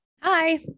Hi